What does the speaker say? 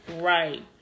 Right